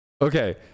okay